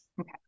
okay